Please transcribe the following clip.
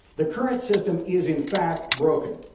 the current system is in fact broken.